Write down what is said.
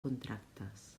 contractes